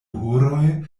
horoj